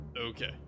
Okay